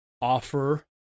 Offer